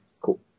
cool